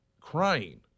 crying